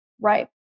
Right